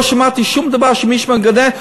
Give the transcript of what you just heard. לא שמעתי שום דבר, שמישהו מגנה.